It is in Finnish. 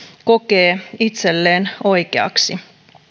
kokee itselleen oikeaksi